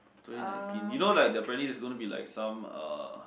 twenty nineteen you know like apparently there's going to be like some uh